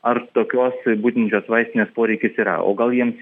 ar tokios budinčios vaistinės poreikis yra o gal jiems